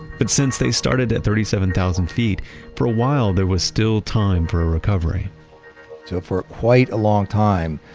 but since they started at thirty seven thousand feet for a while there was still time for recovery so for quite a long time,